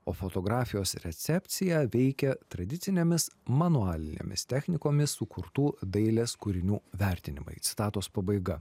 o fotografijos recepciją veikė tradicinėmis manualinėmis technikomis sukurtų dailės kūrinių vertinimai citatos pabaiga